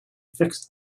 fixed